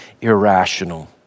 irrational